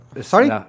Sorry